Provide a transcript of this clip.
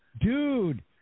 dude